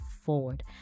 forward